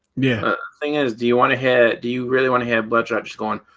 yeah, thing is do you want to hit do you really want, to have blood drops going